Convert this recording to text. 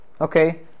Okay